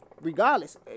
Regardless